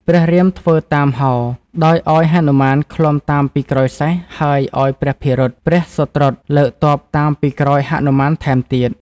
ព្រះរាមធ្វើតាមហោរ ដោយឱ្យហនុមានឃ្លាំតាមពីក្រោយសេះ ហើយឱ្យព្រះភិរុត ព្រះសុត្រុតលើកទ័ពតាមពីក្រោយហនុមានថែមទៀត។